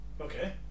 Okay